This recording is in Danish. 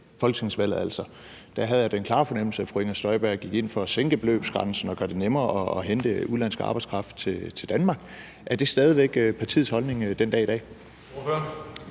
folketingsvalget havde jeg den klare fornemmelse, at fru Inger Støjberg gik ind for at sænke beløbsgrænsen og gøre det nemmere at hente udenlandsk arbejdskraft til Danmark. Er det stadig væk partiets holdning den dag i dag?